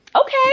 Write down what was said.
Okay